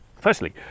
firstly